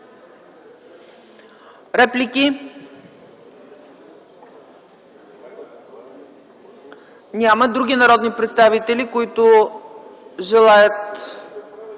Реплики? Няма. Други народни представители, които желаят